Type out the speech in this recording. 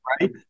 right